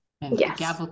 Yes